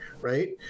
right